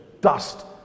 Dust